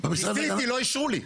ניסיתי, לא אישרו לי.